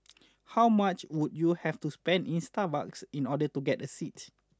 how much would you have to spend in Starbucks in order to get a seat